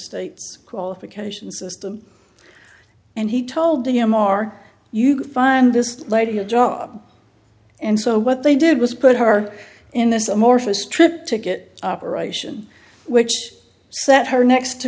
state's qualifications system and he told the m r you can find this lady a job and so what they did was put her in this amorphous trip ticket operation which set her next to